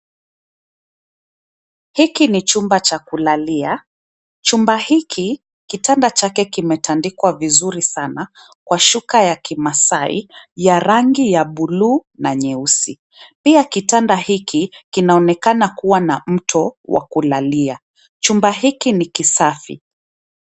Hiki ni chumba cha kulalia. Chumba hiki, kitanda chake kimetandikwa vizuri sana kwa shuka ya Kimaasai ya rangi ya bluu na nyeusi. Pia kitanda hiki kinaonekana kuwa na mto wa kulalia. Chumba hiki ni kisafi.